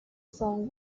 song